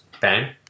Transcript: bang